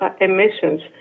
emissions